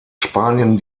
spanien